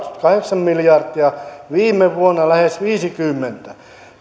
kaksikymmentäkahdeksan miljardia viime vuonna lähes viisikymmentä